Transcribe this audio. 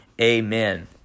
Amen